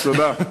תודה.